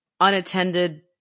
unattended